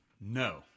No